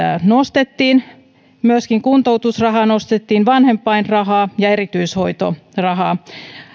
nostettiin myöskin kuntoutusrahaa nostettiin vanhempainrahaa ja erityishoitorahaa